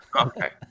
Okay